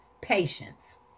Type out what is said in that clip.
patience